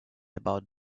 about